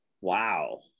Wow